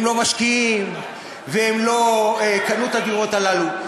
הם לא משקיעים והם לא קנו את הדירות הללו.